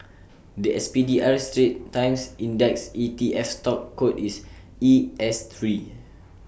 The S P D R straits times index E T F stock code is E S Three